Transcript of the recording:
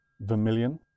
Vermilion